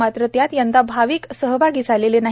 मात्र त्यात यंदा भाविक सहभागी झालेले नाही